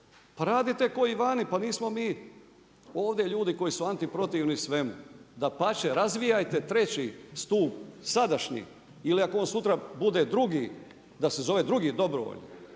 Pa radite kao i vani, pa nismo mi ovdje ljudi koji su antiprotivni svemu. Dapače, razvijajte 3. stup sadašnji, ili ako on sutra bude drugi da se zove drugi dobrovoljno,